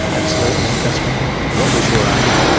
absolutely, that's right. what was your argument?